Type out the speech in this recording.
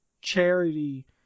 charity